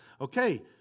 Okay